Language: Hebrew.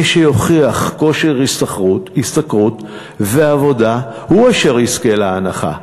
מי שיוכיח כושר השתכרות ועבודה הוא אשר יזכה להנחה,